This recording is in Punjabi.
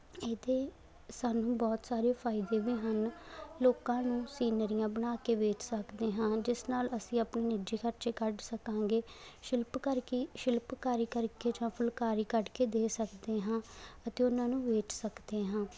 ਇਹਦੇ ਸਾਨੂੰ ਬਹੁਤ ਸਾਰੇ ਫ਼ਾਇਦੇ ਵੀ ਹਨ ਲੋਕਾਂ ਨੂੰ ਸੀਨਰੀਆਂ ਬਣਾ ਕੇ ਵੇਚ ਸਕਦੇ ਹਾਂ ਜਿਸ ਨਾਲ ਅਸੀਂ ਆਪਣੇ ਨਿੱਜੀ ਖਰਚੇ ਕੱਢ ਸਕਾਂਗੇ ਸ਼ਿਲਪ ਕਰਕੇ ਸ਼ਿਲਪਕਾਰੀ ਕਰਕੇ ਜਾਂ ਫੁਲਕਾਰੀ ਕੱਢ ਕੇ ਦੇ ਸਕਦੇ ਹਾਂ ਅਤੇ ਉਹਨਾਂ ਨੂੰ ਵੇਚ ਸਕਦੇ ਹਾਂ